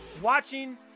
watching